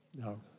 No